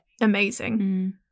amazing